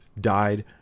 died